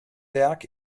werk